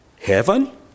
heaven